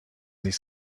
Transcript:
sich